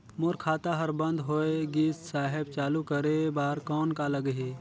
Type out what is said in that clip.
मोर खाता हर बंद होय गिस साहेब चालू करे बार कौन का लगही?